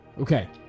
Okay